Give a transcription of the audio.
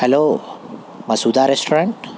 hello Masooda restaurant